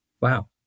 Wow